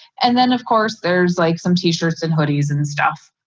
and then of course there's like some t shirts and hoodies and stuff.